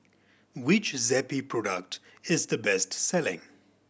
which Zappy product is the best selling